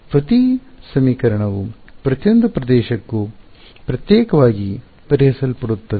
ಆದ್ದರಿಂದ ಪ್ರತಿ ಸಮೀಕರಣವು ಪ್ರತಿಯೊಂದು ಪ್ರದೇಶಕ್ಕೂ ಪ್ರತ್ಯೇಕವಾಗಿ ಪರಿಹರಿಸಲ್ಪಡುತ್ತದೆ